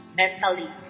mentally